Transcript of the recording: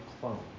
clone